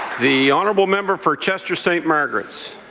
the honourable member for chester st. margarets.